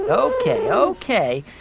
ok, ok.